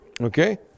Okay